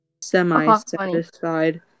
Semi-satisfied